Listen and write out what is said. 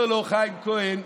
אומר לו חיים כהן: